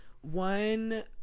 one